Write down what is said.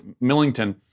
Millington